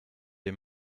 des